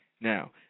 now